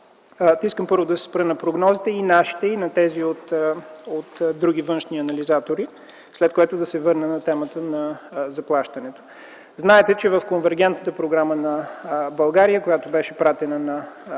Искам първо да се спра на прогнозите – и нашите, и на други външни анализатори. След това да се върна на темата на заплащането. Знаете, че в конвергентната програма на България, изпратена на